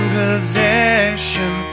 possession